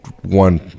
one